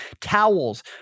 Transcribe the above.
Towels